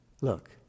Look